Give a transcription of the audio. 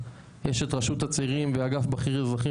יש את רשות הצעירים ואגף בכיר אזרחים